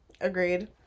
Agreed